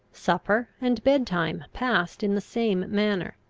supper and bed-time passed in the same manner.